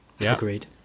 agreed